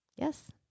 Yes